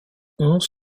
onze